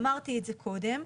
אמרתי את זה קודם.